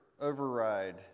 override